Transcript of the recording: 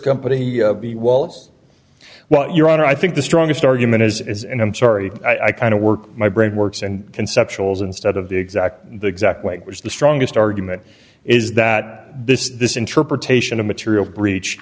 company the walls well your honor i think the strongest argument is and i'm sorry i kind of work my brain works and conceptual instead of the exact the exact way which is the strongest argument is that this this interpretation of material breach